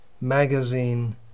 magazine